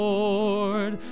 Lord